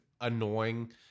annoying